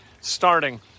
starting